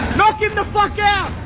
knock him the fuck out.